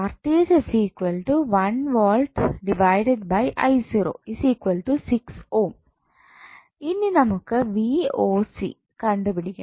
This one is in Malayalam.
Ω ഇനി നമുക്ക് കണ്ടുപിടിക്കണം